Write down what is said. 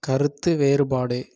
கருத்து வேறுபாடு